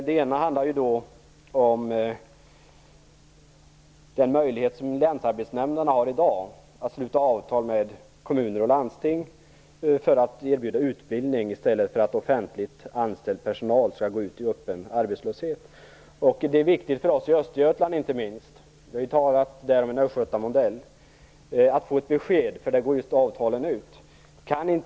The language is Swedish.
Den ena handlade om den möjlighet som länsarbetsnämnderna har i dag att sluta avtal med kommuner och landsting för att erbjuda utbildning i stället för att offentligt anställd personal skall behöva gå ut i öppen arbetslöshet. Det är viktigt inte minst för oss i Östergötland - vi har talat om en Östgötamodell - att få ett besked för avtalen går snart ut.